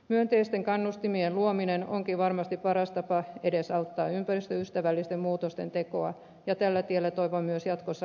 myönteisten kannustimien luominen onkin varmasti paras tapa edesauttaa ympäristöystävällisten muutosten tekoa ja tällä tiellä toivon myös jatkossa edettävän